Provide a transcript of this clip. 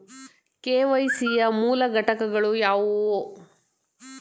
KYC ಯ ಮೂರು ಘಟಕಗಳು ಯಾವುವು?